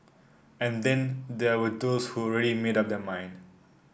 and then there were those who already made up their mind